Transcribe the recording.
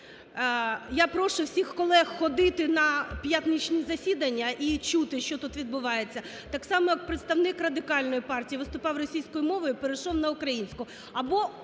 Я прошу всіх колег ходити на п'ятничні засідання і чути, що тут відбувається. Так само, як представник Радикальної партії: виступав російською мовою – і перейшов на українську.